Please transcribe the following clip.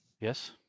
Yes